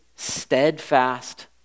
Steadfast